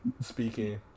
speaking